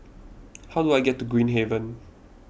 how do I get to Green Haven